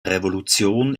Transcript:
revolution